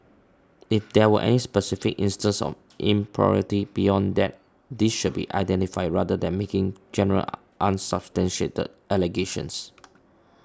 if there were any specific instances of impropriety beyond that these should be identified rather than making general unsubstantiated allegations